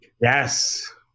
Yes